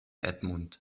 edmund